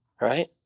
right